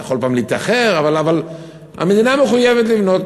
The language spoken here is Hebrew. זה יכול אולי להתאחר, אבל המדינה מחויבת לבנות.